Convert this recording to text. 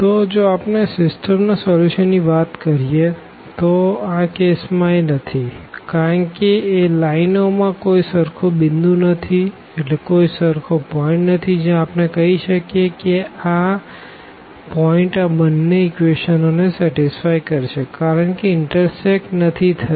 તો જો આપણે સીસ્ટમના સોલ્યુશન ની વાત કરીએ તો તો આ કેસ માં એ નથી કારણ કે એ લાઈનો માં કોઈ સરખું પોઈન્ટ નથી જ્યાં આપણે કહી શકીએ કે આ પોઈન્ટ આ બંને ઇક્વેશનો ને સેટીસ્ફાય કરશે કારણ કે એ ઇનટરસેકટ નથી થતી